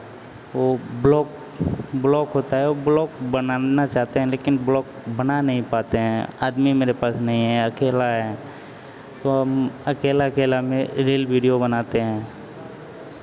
वो block block होता है वो ब्लॉक बनाना चाहते हैं लेकिन ब्लॉक बना नहीं पाते हैं आदमी मेरे पास नहीं है अकेला हैं तो हम अकेला अकेला में रील वीडियो बनाते हैं